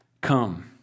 come